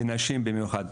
ונשים במיוחד,